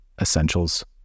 essentials